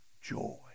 joy